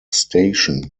station